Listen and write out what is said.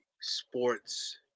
sports